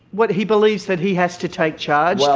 what, he believes that he has to take charge? well,